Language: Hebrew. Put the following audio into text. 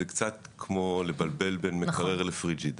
זה קצת כמו לבלבל בין מקרר לפריג'ידר.